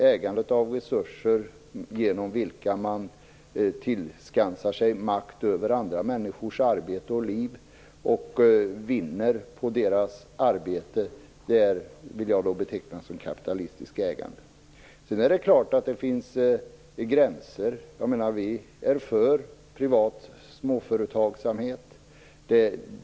Ägandet av resurser genom vilka man tillskansar sig makt över andra människors arbete och liv och vinner på deras arbete vill jag beteckna som ett kapitalistiskt ägande. Sedan är det klart att det finns gränser. Vi är för privat småföretagsamhet.